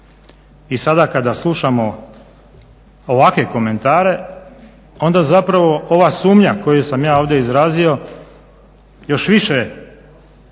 i sada kada slušamo ovakve komentare onda zapravo ova sumnja koju sam ja ovdje izrazio još više